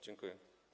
Dziękuję.